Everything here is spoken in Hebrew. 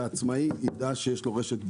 שהעצמאי יידע שיש לו רשת ביטחון.